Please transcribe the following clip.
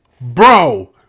bro